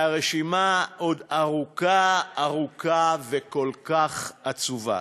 והרשימה עוד ארוכה, ארוכה וכל כך ועצובה.